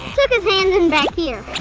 tuck his hands in back here.